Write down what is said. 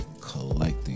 collecting